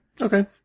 Okay